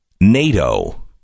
NATO